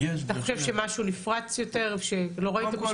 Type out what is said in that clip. אתה חושב שמשהו נפרץ יותר שלא ראיתם?